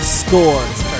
scores